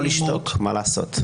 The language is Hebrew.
לא קשור, לא יכול לשתוק, מה לעשות?